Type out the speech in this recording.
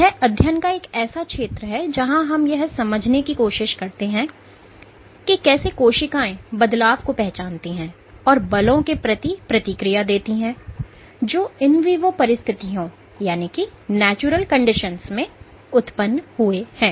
यह अध्ययन का एक ऐसा क्षेत्र है जहां हम यह समझने की कोशिश करते हैं कि कैसे कोशिकाएं बदलाव को पहचानते हैं और बलों के प्रति प्रतिक्रिया देती है जो in vivo परिस्थितियों में उत्पन्न हुए हैं